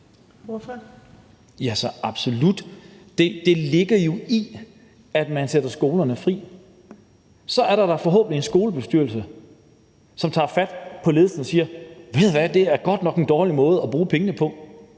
Ja, så absolut. Det ligger jo i, at man sætter skolerne fri. Så er der da forhåbentlig en skolebestyrelse, som tager fat på ledelsen og siger: Ved I hvad, det er godt nok en dårlig måde at bruge pengene på.